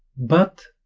but